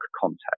context